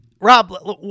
Rob